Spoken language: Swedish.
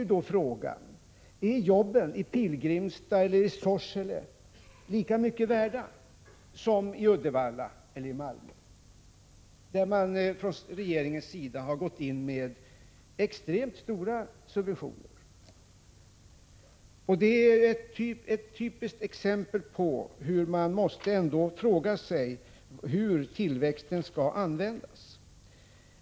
Men då kan frågan resas: Är jobben i Pilgrimstad eller i Sorsele lika mycket värda som jobben i Uddevalla eller Malmö, där regeringen har gått in med extremt stora subventioner? — Det är ett typiskt exempel på sammanhang där man måste fråga sig hur tillväxten skall användas.